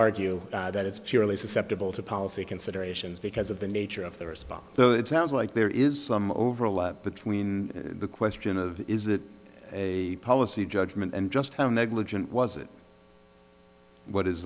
argue that it's purely susceptible to policy considerations because of the nature of the response so it sounds like there is some overlap between the question of is it a policy judgment and just how negligent was it what is